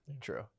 True